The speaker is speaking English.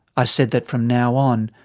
i said that from now on,